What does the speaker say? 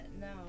No